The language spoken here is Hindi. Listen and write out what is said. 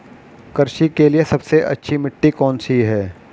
कृषि के लिए सबसे अच्छी मिट्टी कौन सी है?